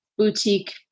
Boutique